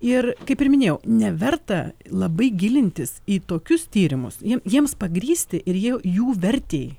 ir kaip ir minėjau neverta labai gilintis į tokius tyrimus jiem jiems pagrįsti ir jie jų vertei